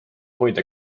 hoida